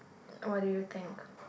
what do you think